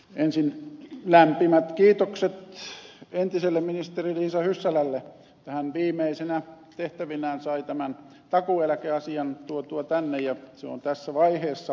ensin lämpimät kiitokset entiselle ministeri liisa hyssälälle että hän viimeisinä tehtävinään sai tämän takuueläkeasian tuotua tänne ja se on tässä vaiheessa